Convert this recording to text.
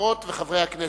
חברות וחברי הכנסת,